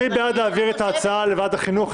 מי בעד להעביר את ההצעה לוועדת חינוך?